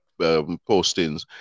postings